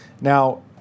Now